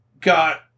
got